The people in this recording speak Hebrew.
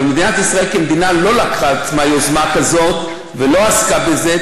אבל מדינת ישראל כמדינה לא לקחה על עצמה יוזמה כזאת ולא עסקה בזה.